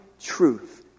truth